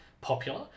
popular